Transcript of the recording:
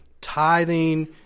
tithing